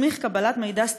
מסמיך קבלת מידע סטטיסטי,